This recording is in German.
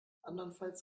andernfalls